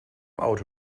auto